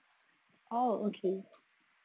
oh okay